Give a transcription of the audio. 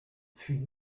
fut